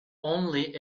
only